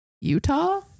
Utah